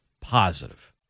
positive